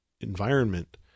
environment